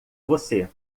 você